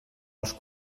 els